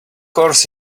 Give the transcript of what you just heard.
course